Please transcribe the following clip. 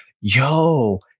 Yo